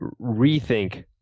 rethink